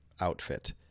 outfit